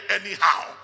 anyhow